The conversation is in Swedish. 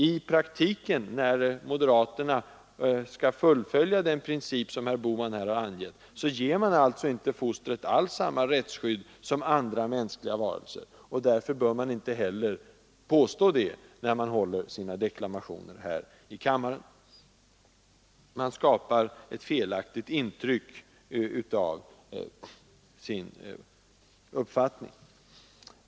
I praktiken, när moderaterna skall fullfölja den princip som här har angetts, ger man alltså inte alls fostret samma rättsskydd som andra mänskliga varelser. Därför bör man inte heller påstå det i sina deklamationer här i kammaren. Man skapar annars ett felaktigt intryck av sin uppfattning.